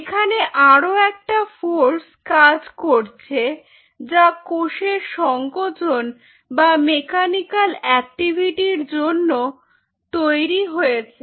এখানে আরো একটা ফোর্স কাজ করছে যা কোষের সংকোচন বা মেকানিকাল অ্যাক্টিভিটির জন্য তৈরি হয়েছে